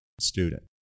student